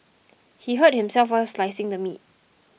he hurt himself while slicing the meat